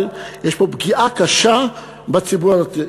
אבל יש פה פגיעה קשה בציבור הדתי.